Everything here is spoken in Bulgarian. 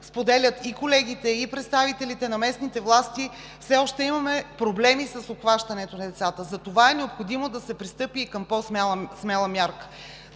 споделят и колегите, и представителите на местните власти – с обхващането на децата. Затова е необходимо да се пристъпи и към по-смела мярка.